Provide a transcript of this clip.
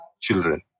children